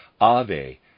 Ave